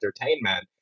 entertainment